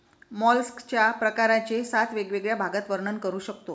मॉलस्कच्या प्रकारांचे सात वेगवेगळ्या भागात वर्णन करू शकतो